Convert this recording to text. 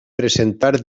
presentar